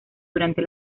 durante